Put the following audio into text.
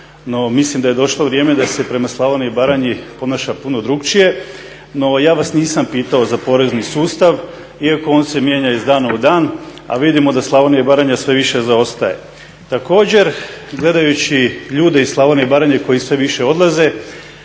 mislim da je došlo vrijeme da se prema Slavoniji i Baranji ponaša puno drukčije. No ja vas nisam pitao za porezni sustav iako on se mijenja iz dana u dan, a vidimo da Slavonija i Baranja sve više zaostaje. Također, gledajući ljude iz Slavonije i Baranje koji sve više odlaze,